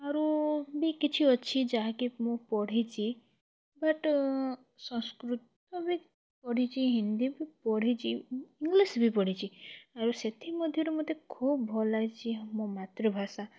ଆରୁ ବି କିଛି ଅଛି ଯାହାକି ମୁଁ ପଢ଼ିଛି ବଟ୍ ସଂସ୍କୃତ ବି ପଢ଼ିଛି ହିନ୍ଦୀ ବି ପଢ଼ିଛି ଇଂଲିଶ୍ ବି ପଢ଼ିଛି ଆରୁ ସେଥି ମଧ୍ୟରୁ ମୋତେ ଖୁବ୍ ଭଲ୍ ଲାଗିଛି ଆମ ମାତୃଭାଷା